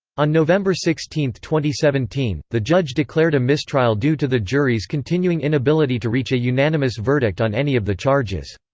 on november sixteen, two thousand seventeen, the judge declared a mistrial due to the jury's continuing inability to reach a unanimous verdict on any of the charges.